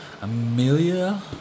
Amelia